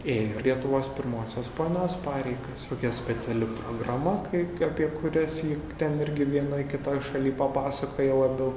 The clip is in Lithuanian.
ėjo lietuvos pirmosios ponios pareigas kokia speciali programa kai apie kurias ji ten irgi vienoj kitoj šaly papasakoja labiau